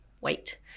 wait